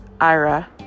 Ira